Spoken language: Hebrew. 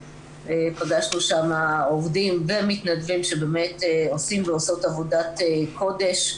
פגשנו שם עובדים ומתנדבים שבאמת עושים ועושות עבודת קודש.